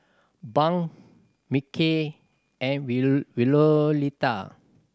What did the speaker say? Bunk Mickey and Violeta